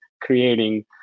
creating